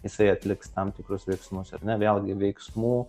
jisai atliks tam tikrus veiksmus ar ne vėlgi veiksmų